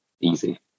Easy